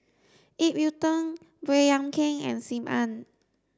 Ip Yiu Tung Baey Yam Keng and Sim Ann